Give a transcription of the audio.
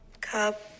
Cup